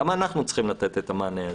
למה אנחנו צריכים לתת את המענה הזה?